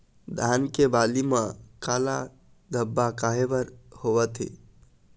धान के बाली म काला धब्बा काहे बर होवथे?